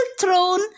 throne